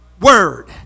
word